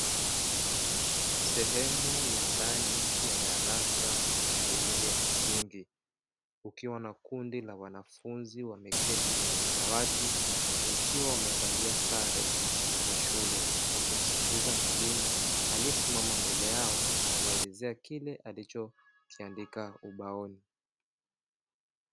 Sehemu ya ndani ya darasa ya shule ya msingi kukiwa na kundi la mwanafunzi wameketi kwenye madawati, wakiwa wamevalia sare za shule wakimsikiliza mwalimu aliyesimama mbele yao akiwaelezea kile alicho kiandika ubaoni.